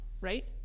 Right